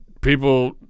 people